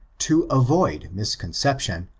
to avoid misconception,